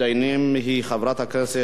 ראשונת המתדיינים היא חברת הכנסת אורית זוארץ,